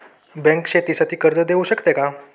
Bank शेतीसाठी कर्ज देऊ शकते का?